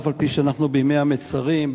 אף-על-פי שאנחנו בימי המצרים,